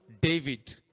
David